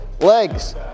Legs